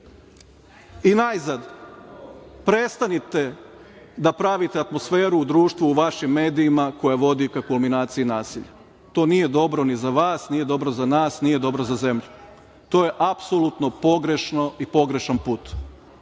itd. Najzad, prestanite da pravite atmosferu u društvu u vašim medijima koja vodi ka kulminaciji nasilja. To nije dobro ni za vas, nije dobro za nas, nije dobro za zemlju. To je apsolutno pogrešno i pogrešan put.